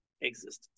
existence